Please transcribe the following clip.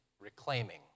reclaiming